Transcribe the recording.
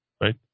right